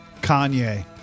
Kanye